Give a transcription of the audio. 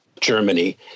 Germany